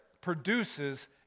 produces